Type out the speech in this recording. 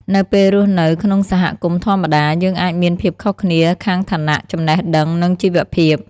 នៅពេលរស់នៅក្នុងសហគមន៍ធម្មតា យើងអាចមានភាពខុសគ្នាខាងឋានៈ ចំណេះដឹង និងជីវភាព។